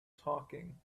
talking